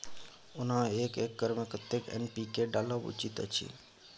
ओना एक एकर मे कतेक एन.पी.के डालब उचित अछि?